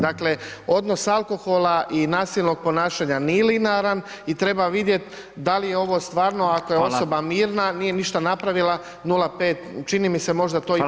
Dakle, odnos alkohola i nasilnog ponašanja nije linearan i treba vidjeti da li je ovo stvarno, ako je osoba mirna, nije ništa napravila, 0,5, čini mi se možda to ipak premalo.